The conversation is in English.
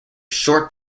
short